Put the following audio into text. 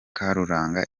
karuranga